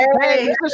Hey